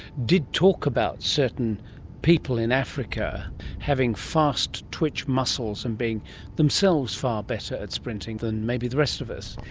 did talk about certain people in africa having fast-twitch muscles and being themselves far better at sprinting than maybe the rest of us.